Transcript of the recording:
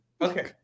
Okay